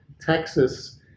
Texas